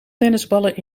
tennisballen